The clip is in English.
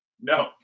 no